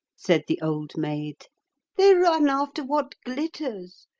said the old maid they run after what glitters,